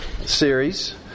series